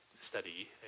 study